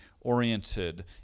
oriented